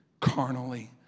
carnally